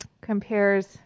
compares